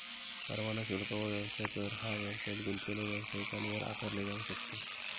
परवाना शुल्क व व्यवसाय कर हा व्यवसायात गुंतलेले व्यावसायिकांवर आकारले जाऊ शकते